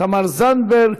תמר זנדברג,